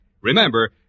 Remember